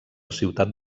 ciutat